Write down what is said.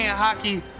Hockey